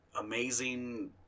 Amazing